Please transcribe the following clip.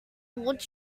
would